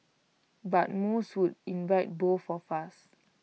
but most would invite both of us